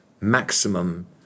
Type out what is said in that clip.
maximum